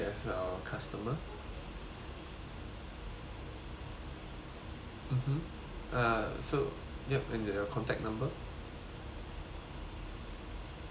mmhmm uh so yup and your contact number